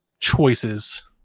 choices